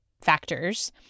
factors